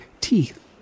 teeth